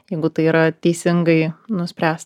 jeigu tai yra teisingai nuspręsta